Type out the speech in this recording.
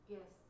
Yes